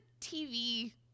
TV